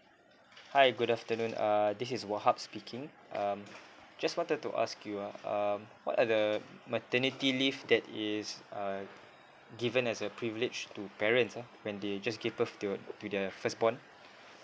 hi good afternoon uh this is wahab speaking um just wanted to ask you ah um what are the maternity leave that is uh given as a privilege to parents ah when they just give birth to to their first born